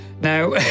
Now